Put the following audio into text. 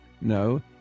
no